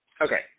Okay